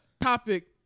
topic